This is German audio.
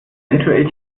eventuell